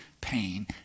pain